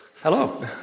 Hello